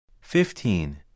Fifteen